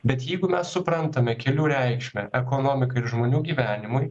bet jeigu mes suprantame kelių reikšmę ekonomikai ir žmonių gyvenimui